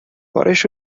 بارش